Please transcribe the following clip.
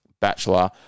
bachelor